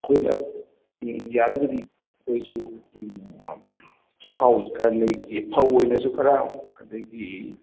ꯑꯈꯣꯏꯅ ꯎꯝ ꯌꯥꯔꯒꯗꯤ ꯑꯩꯈꯣꯏꯁꯨ ꯎꯝ ꯆꯍꯥꯎꯁꯤ ꯈꯔ ꯂꯩꯒꯦ ꯐꯧ ꯑꯣꯏꯅꯁꯨ ꯈꯔ ꯑꯗꯒꯤ